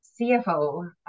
CFO